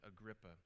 agrippa